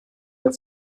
der